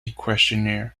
questionnaire